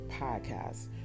Podcast